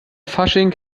fasching